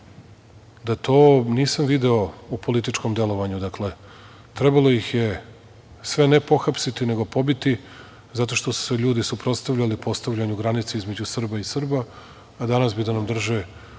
da to nisam video u političkom delovanju. Dakle, trebalo ih je sve ne pohapsiti, nego pobiti zato što su se ljudi suprotstavljali postavljanju granica između Srba i Srba, a danas bi da nam drže